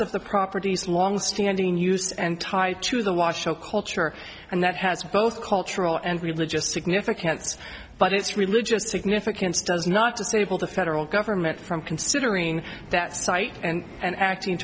of the properties longstanding use and tie to the washo colter and that has both cultural and religious significance but its religious significance does not disable the federal government from considering that site and and acting